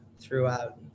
throughout